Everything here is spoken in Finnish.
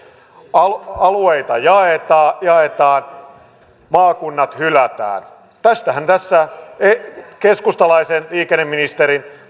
alueita jaetaan jaetaan maakunnat hylätään tästähän tässä keskustalaisen liikenneministerin